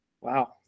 Wow